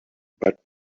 but